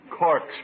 Corks